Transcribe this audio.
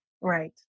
Right